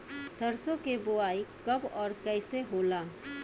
सरसो के बोआई कब और कैसे होला?